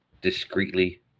discreetly